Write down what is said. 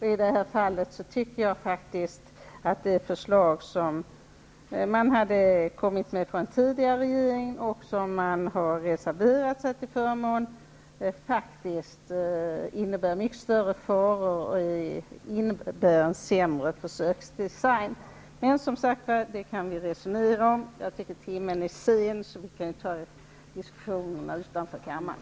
I det här fallet tycker jag faktiskt att det förslag som den tidigare regeringen kom med och till förmån för vilket man har reserverat sig faktiskt innebär mycket större faror och en sämre försöksdesign. Men det kan vi som sagt resonera om utanför denna kammare med hänsyn till att timmen är sen.